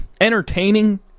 entertaining